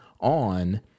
on